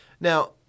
Now